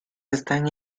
están